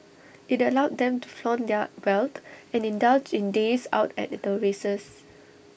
IT allowed them to flaunt their wealth and indulge in days out at the races